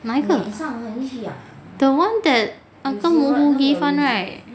那一个 the one that uncle give [one] right